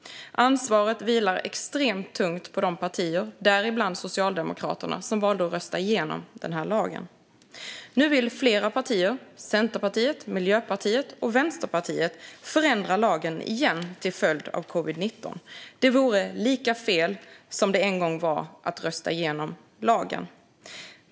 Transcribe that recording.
Ansvaret vilar extremt tungt på de partier, däribland Socialdemokraterna, som valde att rösta igenom lagen. Nu vill flera partier - Centerpartiet, Miljöpartiet och Vänsterpartiet - förändra lagen igen till följd av covid-19. Det vore lika fel som det en gång var att rösta igenom lagen.